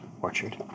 orchard